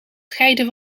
scheiden